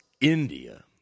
India